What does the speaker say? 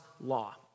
law